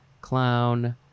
clown